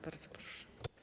Bardzo proszę.